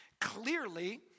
Clearly